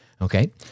okay